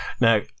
Now